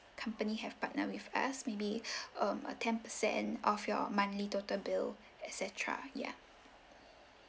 company have partner with us maybe um a ten percent off your monthly total bill et cetera yeah